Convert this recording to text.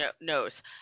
knows